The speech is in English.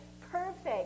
perfect